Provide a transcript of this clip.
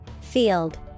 field